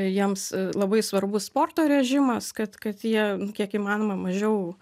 jiems labai svarbus sporto režimas kad kad jie kiek įmanoma mažiau